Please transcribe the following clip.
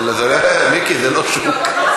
מיקי, זה לא שוק.